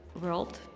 world